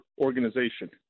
organization